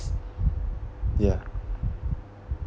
ya